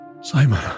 Simon